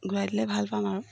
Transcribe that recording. ঘূৰাই দিলে ভাল পাম আৰু